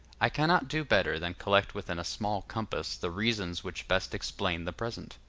i cannot do better than collect within a small compass the reasons which best explain the present.